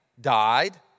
died